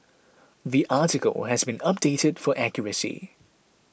the article has been updated for accuracy